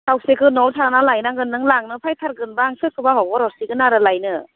खावसेखौ न'आव थांना लायनांगोन नों लांनो फैथारगोनबा सोरखौबा हगारहरसिगोन आरो लायनो